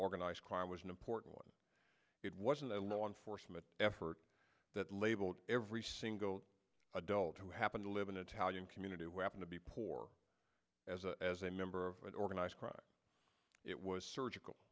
organized crime was an important one it was a law enforcement effort that labeled every single adult who happened to live in italian community a weapon to be poor as a as a member of an organized crime it was surgical